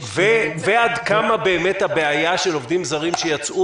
ועד כמה באמת הבעיה של עובדים זרים שיצאו